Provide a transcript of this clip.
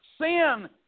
Sin